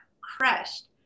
crushed